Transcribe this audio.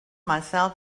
myself